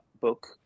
book